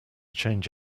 change